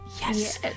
Yes